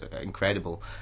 incredible